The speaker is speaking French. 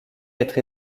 être